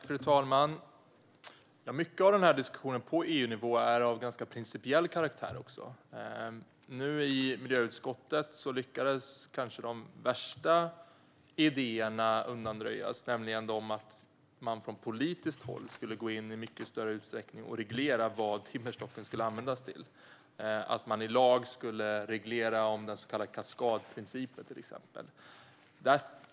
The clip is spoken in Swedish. Fru talman! Mycket av denna diskussion på EU-nivå är av ganska principiell karaktär. Nu lyckades vi i miljöutskottet undanröja de kanske värsta idéerna, nämligen att man från politiskt håll skulle gå in i mycket större utsträckning och reglera vad timmerstocken ska användas till - att man i lag skulle reglera den så kallade kaskadprincipen, till exempel.